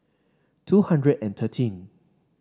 two hundred and thirteen